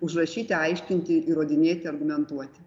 užrašyti aiškinti įrodinėti argumentuoti